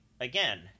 Again